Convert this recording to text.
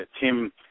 Tim